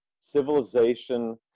civilization